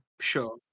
sure